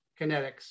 kinetics